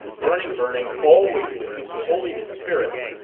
burning, burning always burning holy spirit.